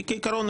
כעיקרון,